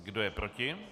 Kdo je proti?